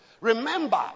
Remember